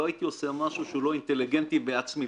לא הייתי עושה משהו שהוא לא אינטליגנטי בעצמי,